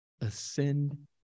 ascend